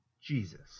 Jesus